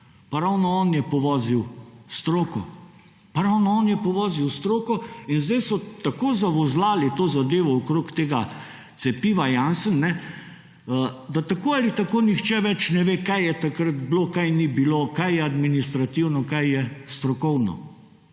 ravno on je povozil stroko. Ravno on je povozil stroko in zdaj so tako zavozljali to zadevo okrog tega cepiva Janssen, da tako ali tako nihče ne ve kaj je takrat bilo, kaj ni bilo, kaj je administrativno, kaj je strokovno,